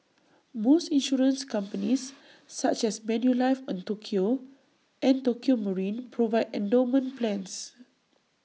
most insurance companies such as Manulife Tokio and Tokio marine provide endowment plans